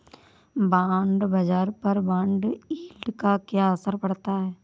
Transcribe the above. Bond बाजार पर bond yield का क्या असर पड़ता है?